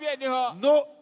No